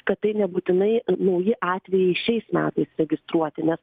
kad tai nebūtinai nauji atvejai šiais metais registruoti nes